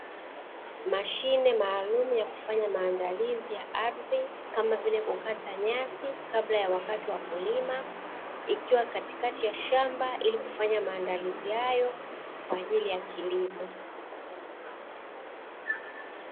Mashine maalumu ya kufanya maandalizi ya ardhi, kama vile kukata nyasi kabla ya kulima, ikiwa katikati ya shamba ili kufanya maandalizi yao kwaajili ya kilimo .